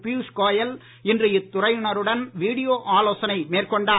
பீயுஷ் கோயல் இன்று குறித்து இத்துறையினருடன் வீடியோ ஆலோசனை மேற்கொண்டார்